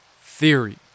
theory